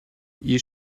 you